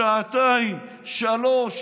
שעתיים, שלוש.